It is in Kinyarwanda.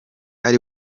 ari